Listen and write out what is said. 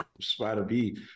Spider-B